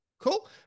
Cool